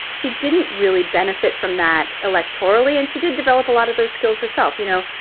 she didn't really benefit from that electorally and she did develop a lot of those skills herself. you know,